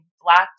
black